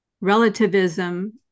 relativism